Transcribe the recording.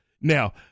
Now